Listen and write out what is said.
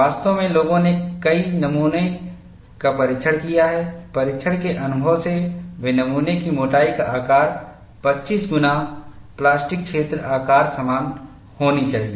वास्तव में लोगों ने कई नमूनों का परीक्षण किया है परीक्षण के अनुभव से वे नमूने की मोटाई का आकार 25 गुना प्लास्टिक क्षेत्र आकार समान होनी चाहिए